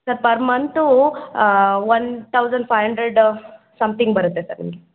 sir per month one thousand five hundred something ಬರುತ್ತೆ sir ನಿಮಗೆ